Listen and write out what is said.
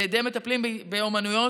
על ידי מטפלים באומנויות,